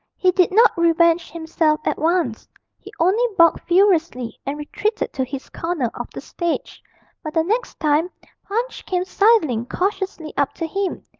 he did not revenge himself at once he only barked furiously and retreated to his corner of the stage but the next time punch came sidling cautiously up to him,